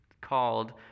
called